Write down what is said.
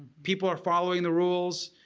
people are following the rules,